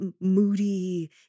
moody